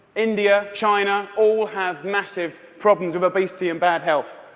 india, china, all have massive problems of obesity and bad health.